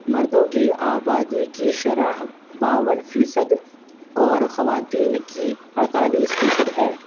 مردوں کی آبادی کی شرح باون فیصد اور خواتین کی اڑتالیس فیصد ہے